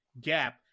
gap